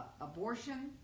Abortion